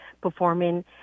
performing